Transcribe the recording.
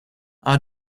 our